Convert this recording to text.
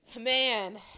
man